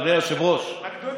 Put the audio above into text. אדוני היושב-ראש,